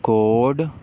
code